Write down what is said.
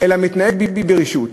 אלא נוהג בי ברשעות.